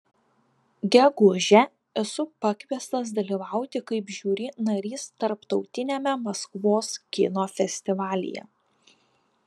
gegužę esu pakviestas dalyvauti kaip žiuri narys tarptautiniame maskvos kino festivalyje